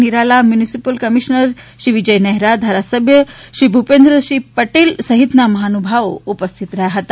Nirala municipal commissioner Shri Vijay Nehra ધારાસભ્યશ્રી ભુપેન્દ્રભાઈ પટેલ સહિતના મહાનુભાવો ઉપસ્થિત રહ્યા હતા